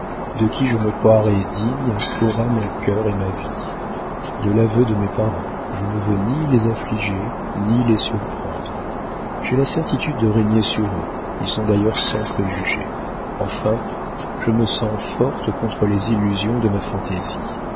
de qui je me croirai digne aura mon cœur et ma vie de l'aveu de mes parents je ne veux ni les affliger ni les surprendre j'ai la certitude de régner sur eux ils sont d'ailleurs sans préjugés enfin je me sens forte contre les illusions de ma fantaisie